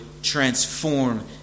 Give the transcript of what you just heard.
Transform